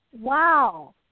Wow